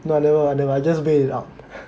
no I never I never I just wait it out